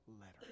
letter